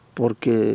porque